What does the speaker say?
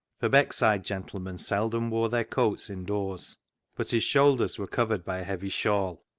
for beckside gentlemen seldom wore their coats indoors but his shoulders were covered by a heavy shawl.